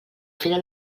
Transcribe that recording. fira